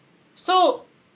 so